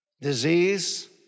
Disease